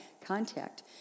contact